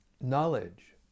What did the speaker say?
Knowledge